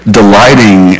delighting